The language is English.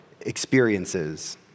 experiences